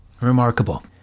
Remarkable